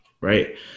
Right